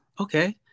Okay